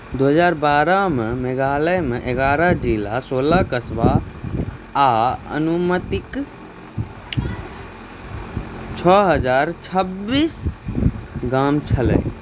दू हजर बारहमे मेघालय मे एगारह जिला सोलह कस्बा आ अनुमानित छओ हजर छब्बीस गाम छल